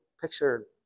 picture